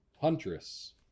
Huntress